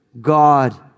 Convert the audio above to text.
God